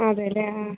അതേലെ ആ